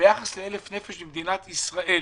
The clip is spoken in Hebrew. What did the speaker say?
ביחס ל-1,000 נפש במדינת ישראל